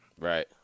Right